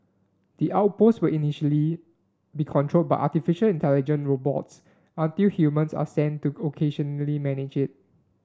the outpost will initially be controlled by artificial intelligent robots until humans are sent to occasionally manage it